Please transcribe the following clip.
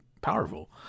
powerful